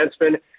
defenseman